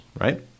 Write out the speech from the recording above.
right